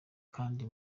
kandi